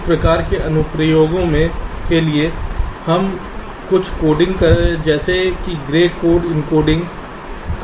इस प्रकार के अनुप्रयोगों के लिए हम कुछ कोडिंग जैसे ग्रे कोड एन्कोडिंग का उपयोग कर सकते हैं